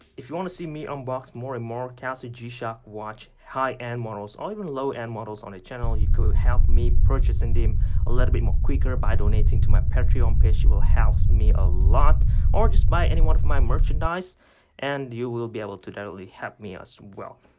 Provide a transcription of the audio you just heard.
if you want to see me unbox more and more casio g-shock watch high-end models or even low-end models on the channel you could help me purchasing them a little bit more quicker by donating to my patreon page you will help me a lot or just buy any one of my merchandise and you will be able to directly help me as well,